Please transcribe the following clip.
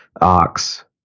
ox